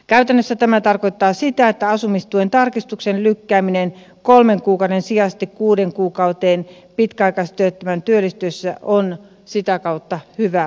käytännössä tämä tarkoittaa sitä että asumistuen tarkistuksen lykkääminen kolmen kuukauden sijasta kuuteen kuukauteen pitkäaikaistyöttömän työllistyessä on sitä kautta hyvä